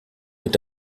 est